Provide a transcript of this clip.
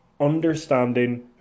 understanding